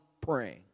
praying